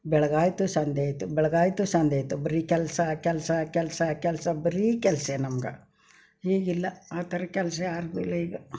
ಬೆಳಗಾಯಿತು ಸಂಜೆ ಆಯಿತು ಬೆಳಗಾಯಿತು ಸಂಜೆ ಆಯಿತು ಬರೀ ಕೆಲಸ ಕೆಲಸ ಕೆಲಸ ಕೆಲಸ ಬರೀ ಕೆಲಸವೇ ನಮ್ಗೆ ಈಗಿಲ್ಲ ಆ ಥರ ಕೆಲಸ ಯಾರಿಗೂ ಇಲ್ಲ ಈಗ